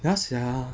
ya sia